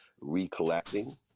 recollecting